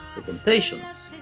temptations,